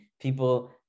people